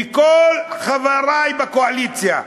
מכל חברי בקואליציה.